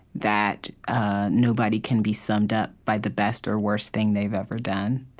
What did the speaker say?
that nobody can be summed up by the best or worst thing they've ever done.